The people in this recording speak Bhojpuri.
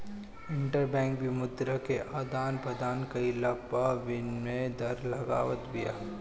इंटरबैंक भी मुद्रा के आदान प्रदान कईला पअ विनिमय दर लगावत बिया